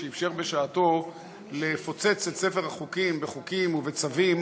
שאפשר בשעתו לפוצץ את ספר החוקים בחוקים ובצווים